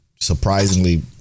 surprisingly